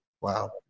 wow